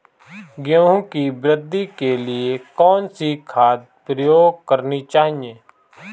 गेहूँ की वृद्धि के लिए कौनसी खाद प्रयोग करनी चाहिए?